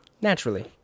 Naturally